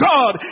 God